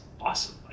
awesome